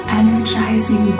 energizing